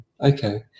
Okay